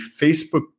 Facebook